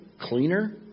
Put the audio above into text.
Cleaner